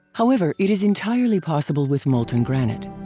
however, it is entirely possible with molten granite.